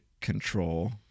control